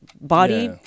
body